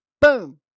boom